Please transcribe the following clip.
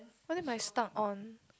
but then must stuck on